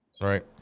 Right